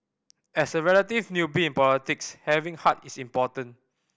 as a relative newbie in politics having heart is important